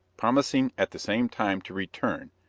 promising at the same time to return,